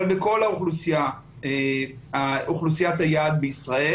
אבל בכל אוכלוסיית היעד בישראל.